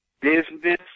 Business